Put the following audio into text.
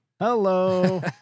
Hello